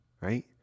right